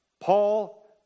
Paul